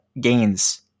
gains